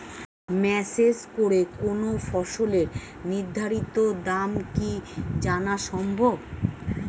Message করে কোন ফসলের নির্ধারিত দাম কি জানা সম্ভব?